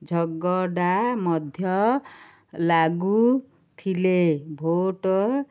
ଝଗଡ଼ା ମଧ୍ୟ ଲାଗୁଥିଲେ ଭୋଟ୍